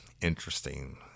interesting